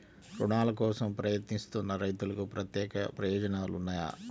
రుణాల కోసం ప్రయత్నిస్తున్న రైతులకు ప్రత్యేక ప్రయోజనాలు ఉన్నాయా?